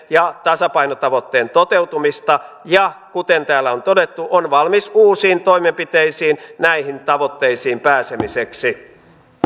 ja tasapainotavoitteen toteutumista ja kuten täällä on todettu on valmis uusiin toimenpiteisiin näihin tavoitteisiin pääsemiseksi